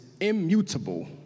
immutable